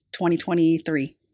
2023